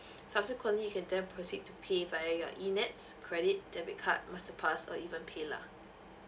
subsequently you can then proceed to pay via your ENETS credit debit card masterpass or even paylah